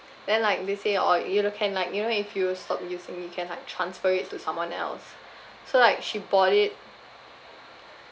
then like let's say oh you know can like you know if you stop using you can like transfer it to someone else so like she bought it